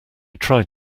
tried